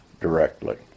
directly